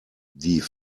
die